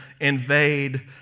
invade